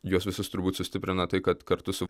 juos visus turbūt sustiprina tai kad kartu su